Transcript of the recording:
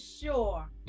sure